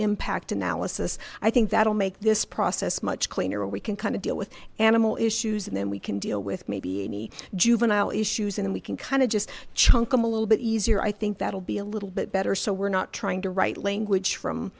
impact analysis i think that will make this process much cleaner we can kind of deal with animal issues and then we can deal with maybe any juvenile issues and we can kind of just chunk i'm a little bit easier i think that'll be a little bit better so we're not trying to write language from